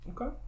Okay